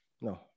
no